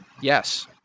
Yes